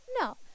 no